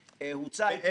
אגב, זה מתקציב הכנסת?